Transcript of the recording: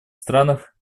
странах